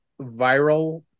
viral